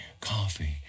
coffee